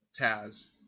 taz